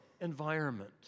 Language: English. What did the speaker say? environment